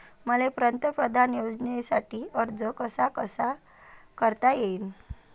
मले पंतप्रधान योजनेसाठी अर्ज कसा कसा करता येईन?